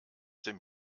dem